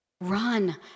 Run